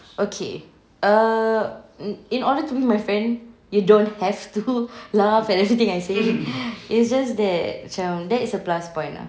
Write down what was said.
okay err in order to be my friend you don't have to laugh at everything I say it's just that macam that is a plus point lah